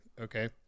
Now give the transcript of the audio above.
Okay